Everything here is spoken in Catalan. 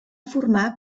formar